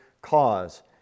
cause